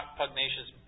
pugnacious